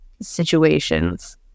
situations